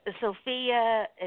Sophia